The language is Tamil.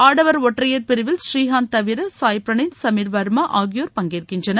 ஆடவர் ஒற்றையர் பிரிவில் ஸ்ரீகாந்த் தவிர சாய் பிரவீத் சமீர் வர்மா ஆகியோர் பங்கேற்கின்றனர்